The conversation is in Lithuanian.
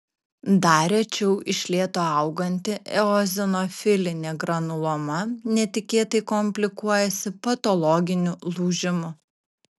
dar rečiau iš lėto auganti eozinofilinė granuloma netikėtai komplikuojasi patologiniu lūžimu